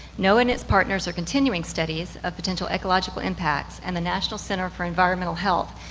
noaa and its partners are continuing studies of potential ecological impacts, and the national centre for environmental health,